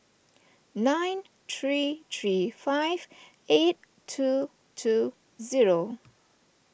nine three three five eight two two zero